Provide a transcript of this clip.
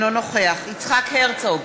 אינו נוכח יצחק הרצוג,